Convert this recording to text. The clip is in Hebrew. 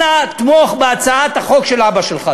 אנא תמוך בהצעת החוק של אבא שלך.